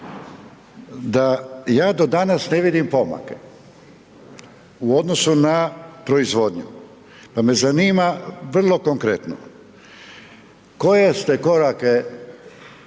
da ja do danas ne vidim pomake u odnosu na proizvodnju pa me zanima, vrlo konkretno. Koje ste korake,